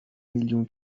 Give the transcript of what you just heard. میلیون